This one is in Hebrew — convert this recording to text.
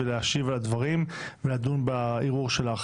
ואני יודעת שקורים דברים מאחורי הקלעים בנוגע לנגב,